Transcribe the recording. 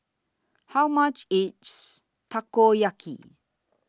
How much IS Takoyaki